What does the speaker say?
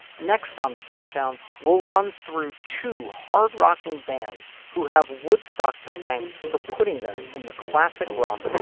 next on the countdown will run through two hard rocking bands who have woodstock to thank for putting them in the classic rock